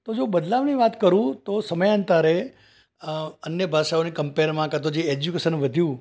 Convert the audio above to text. તો જો બદલાવની વાત કરું તો સમયાંતરે અન્ય ભાષાઓની કમ્પૅરમાં કાં તો જે એજયુકેશન વધ્યું